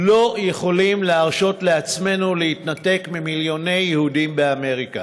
לא יכולים להרשות לעצמנו להתנתק ממיליוני יהודים באמריקה.